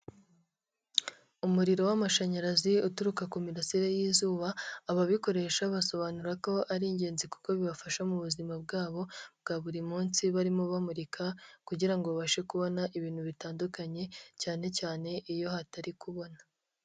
Umuriro w'amashanyarazi uturuka ku mirasire y'izuba, ababikoresha basobanura ko ari ingenzi kuko bibafasha mu buzima bwabo bwa buri munsi barimo bamurika kugira ngo babashe kubona ibintu bitandukanye cyanecyane iyo hatari kubona.